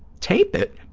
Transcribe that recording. tape it.